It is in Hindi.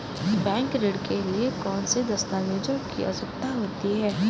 बैंक ऋण के लिए कौन से दस्तावेजों की आवश्यकता है?